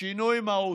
שינוי מהותי,